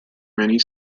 many